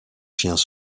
chiens